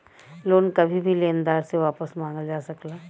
loan कभी भी लेनदार से वापस मंगल जा सकला